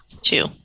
two